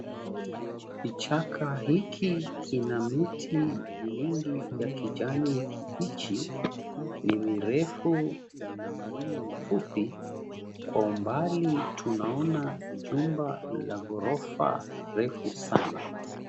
Kichaka hiki kina miti mingi ya kijani kibichi , ni mirefu na mengine mifupi, kwa umbali tunaona jumba la gorofa refu sana.